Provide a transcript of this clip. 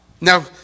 Now